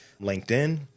LinkedIn